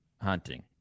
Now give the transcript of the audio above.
hunting